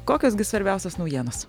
kokios gi svarbiausias naujienos